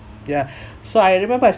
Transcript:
ya so I remember